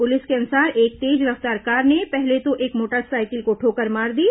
police के अनुसार एक तेज रफ्तार कार ने पहले तो एक मोटरसाइकिल को ठोकर मार दी